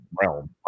realm